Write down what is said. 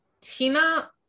Tina